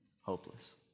hopeless